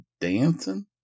dancing